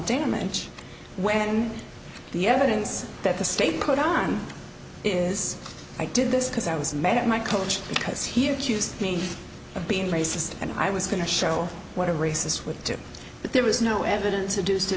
damage when the evidence that the state put on is i did this because i was mad at my coach because he accused me of being racist and i was going to show what a racist with do but there was no evidence to duce to